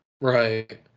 right